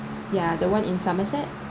yeah the one in somerset